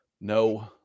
No